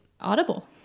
Audible